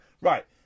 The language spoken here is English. Right